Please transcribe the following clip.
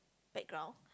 background